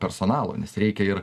personalą nes reikia ir